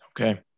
Okay